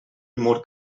mur